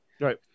Right